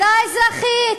חברה אזרחית.